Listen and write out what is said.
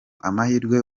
amahirwe